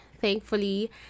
thankfully